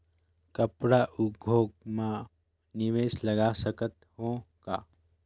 कपड़ा उद्योग म निवेश लगा सकत हो का?